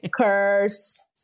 curse